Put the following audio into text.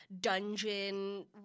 dungeon